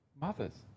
mothers